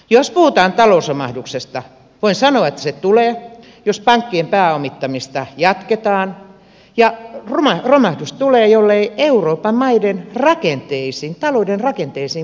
jos puhutaan talousromahduksesta voin sanoa että se tulee jos pankkien pääomittamista jatketaan ja romahdus tulee jollei euroopan maiden talouden rakenteisiin puututa